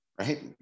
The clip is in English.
Right